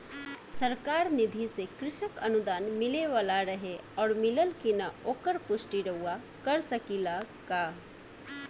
सरकार निधि से कृषक अनुदान मिले वाला रहे और मिलल कि ना ओकर पुष्टि रउवा कर सकी ला का?